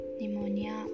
pneumonia